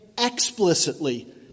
explicitly